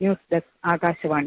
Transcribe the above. news desk Akashvani